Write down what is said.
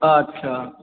अच्छा